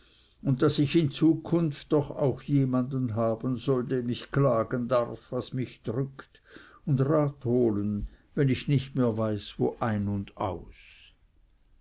und daß ich in zukunft doch auch jemanden haben soll dem ich klagen darf was mich drückt und rat holen wenn ich nicht mehr weiß wo ein und aus